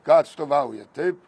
ką atstovaujat taip